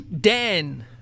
Dan